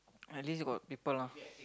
at least you got people lah